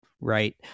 right